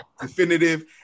definitive